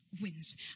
wins